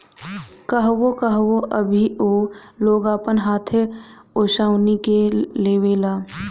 कहवो कहवो अभीओ लोग अपन हाथे ओसवनी के लेवेला